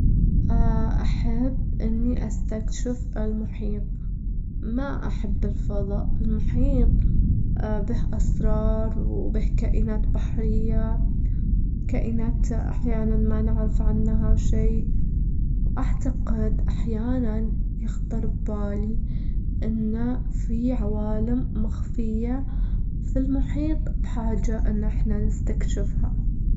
أحب إني استكشف المحيط، ما أحب الفظا، المحيط به أسرار وبه كائنات بحرية، كائنات أحيانًا ما نعرف عنها شي، وأعتقد أحيانًا يخطر ببالي إنه في عوالم مخفية في المحيط بحاجة إننا نستكشفها.